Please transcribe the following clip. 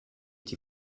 die